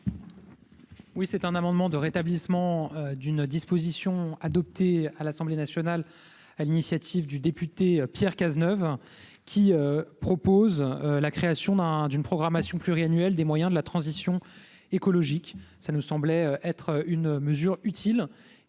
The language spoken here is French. Oui, c'est un amendement de rétablissement d'une disposition adoptée à l'Assemblée nationale à l'initiative du député Pierre Cazeneuve qui propose la création d'un d'une programmation pluriannuelle des moyens de la transition écologique ça nous semblait être une mesure utile